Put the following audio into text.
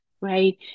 right